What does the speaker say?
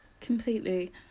Completely